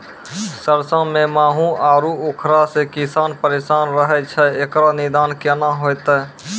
सरसों मे माहू आरु उखरा से किसान परेशान रहैय छैय, इकरो निदान केना होते?